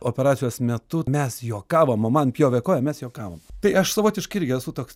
operacijos metu mes juokavom o man pjovė koją mes juokavom tai aš savotiškai irgi esu toks